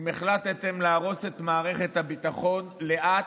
ואם החלטתם להרוס את מערכת הביטחון, לאט,